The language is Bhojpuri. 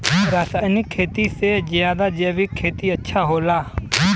रासायनिक खेती से ज्यादा जैविक खेती अच्छा होला